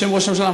בשם ראש הממשלה,